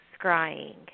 scrying